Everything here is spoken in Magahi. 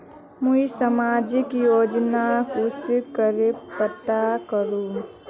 मुई सामाजिक योजना कुंसम करे प्राप्त करूम?